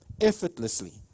Effortlessly